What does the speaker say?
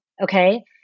Okay